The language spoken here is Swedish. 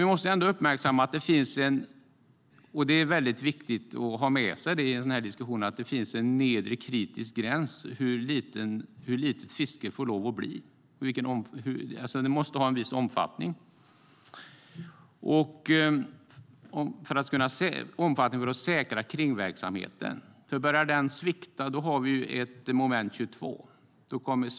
Vi måste uppmärksamma att det finns en nedre kritisk gräns för hur litet fisket får bli. Det är viktigt att ha det med sig i en sådan här diskussion. Det måste ha en viss omfattning för att säkra kringverksamheten. Om den börjar svikta får vi ett moment 22.